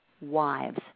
wives